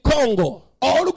Congo